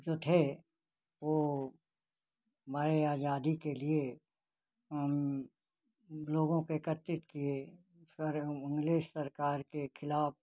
जो थे वह हमारी आज़ादी के लिए लोगों को एकत्रित किए फ़िर हम इंग्लिश सरकार के ख़िलाफ़